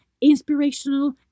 inspirational